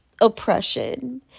Oppression